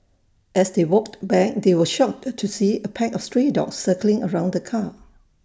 as they walked back they were shocked to see A pack of stray dogs circling around the car